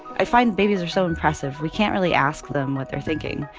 i find babies are so impressive. we can't really ask them what they're thinking.